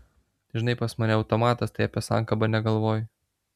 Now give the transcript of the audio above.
žinai pas mane automatas tai apie sankabą negalvoju